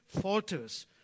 falters